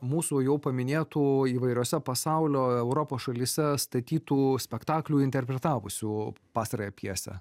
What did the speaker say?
mūsų jau paminėtų įvairiose pasaulio europos šalyse statytų spektaklių interpretavusių pastarąją pjesę